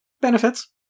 Benefits